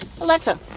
Alexa